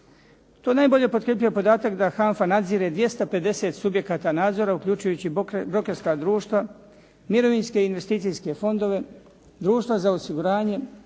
To najbolje potkrjepljuje podatak da HANFA nadzire 250 subjekata nadzora uključujući brokerska društva, mirovinske i investicijske fondove, društva za osiguranje,